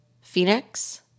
Phoenix